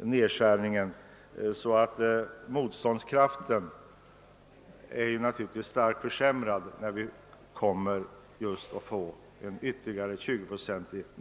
nedskärningen av krediterna med 20 procent varigenom motståndskraften hos företagen ytterligare försämras.